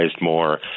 more